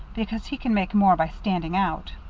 because he can make more by standing out.